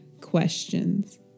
questions